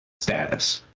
status